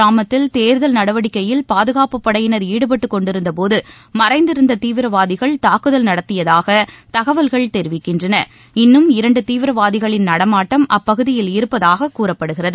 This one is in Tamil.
கிராமத்தில் பஞ்ச்கம் ஈடுபட்டுக்கொண்டிருந்தபோது மறைந்திருந்த தீவிரவாதிகள் தாக்குதல் நடத்தியதாக தகவல்கள் தெரிவிக்கின்றன இன்னும் இரண்டு தீவிரவாதிகளின் நடமாட்டம் அப்பகுதியில் இருப்பதாக கூறப்படுகிறது